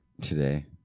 today